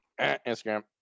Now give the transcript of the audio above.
Instagram